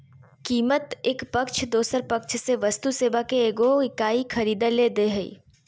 कीमत एक पक्ष दोसर पक्ष से वस्तु सेवा के एगो इकाई खरीदय ले दे हइ